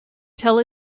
tell